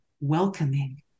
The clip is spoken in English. welcoming